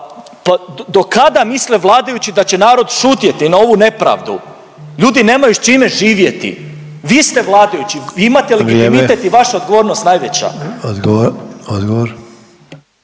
Pa do kada misle vladajući da će narod šutjeti na ovu nepravdu? Ljudi nemaju s čime živjeti! Vi ste vladajući! Vi imate legitimitet … …/Upadica Sanader: